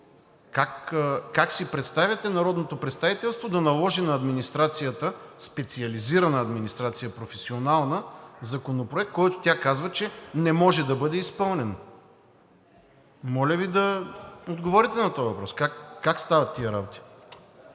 Как си представяте народното представителство да наложи на администрацията, специализирана администрация, професионална, Законопроект, който тя казва, че не може да бъде изпълнен. Моля Ви да отговорите на този въпрос – как стават тези работи?!